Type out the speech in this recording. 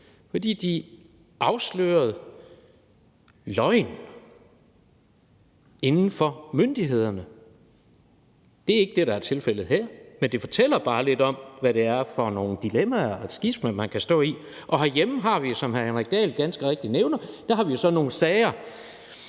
fordi de afslørede løgn inden for myndighederne. Det er ikke det, der er tilfældet her, men det fortæller bare lidt om, hvad det er for nogle dilemmaer og skismaer, man kan stå i. Herhjemme har vi jo, som hr. Henrik Dahl ganske rigtigt nævner, nogle sager,